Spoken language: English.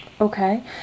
Okay